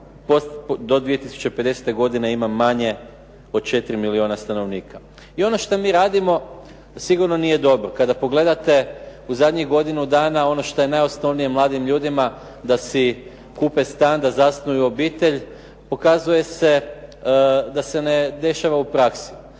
do 2050. godine ima manje od 4 milijona stanovnika. I ono šta mi radimo sigurno nije dobro. Kada pogledate u zadnjih godinu dana ono šta je najosnovnije mladim ljudima da si kupe stan, da zasnuju obitelj, pokazuje se da se ne dešava u praksi.